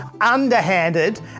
underhanded